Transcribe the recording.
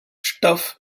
stuff